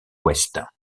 ouest